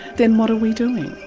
then what are we doing?